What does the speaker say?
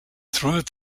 throughout